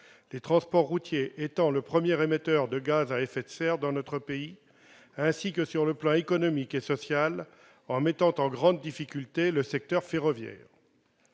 les transports routiers étant le premier émetteur de gaz à effet de serre dans notre pays, ainsi que sur le plan économique et social, en mettant en grande difficulté le secteur ferroviaire.